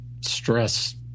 stress